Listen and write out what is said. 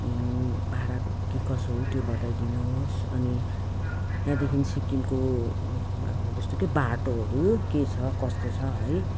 भाडा के कसो हो त्यो बताइदिनु होस् अनि यहाँदेखि सिक्किमको अब जस्तो के बाटोहरू के छ कस्तो छ है